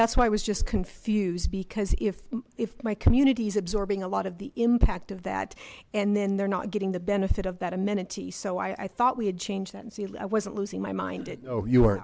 that's why i was just confused because if if my communities absorbing a lot of the impact of that and then they're not getting the benefit of that amenity so i thought we had change that i wasn't losing my mind you